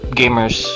gamers